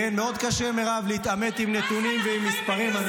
איזה סקירה.